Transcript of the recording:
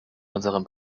unserem